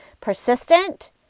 persistent